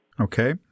Okay